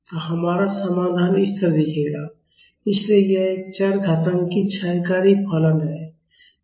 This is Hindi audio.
तो हमारा समाधान इस तरह दिखेगा इसलिए यह एक चरघातांकी क्षयकारी फलन है